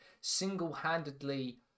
single-handedly